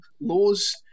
laws